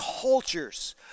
cultures